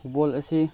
football ꯑꯁꯤ